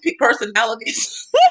personalities